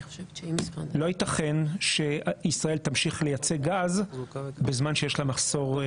לא יתכן שישראל תמשיך לייצא גז בזמן שיש לה מחסור פנימי.